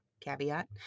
caveat